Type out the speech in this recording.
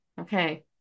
Okay